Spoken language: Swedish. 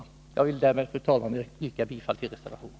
Fru talman! Jag yrkar bifall till reservationen.